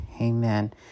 Amen